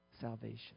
salvation